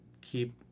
keep